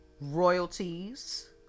Royalties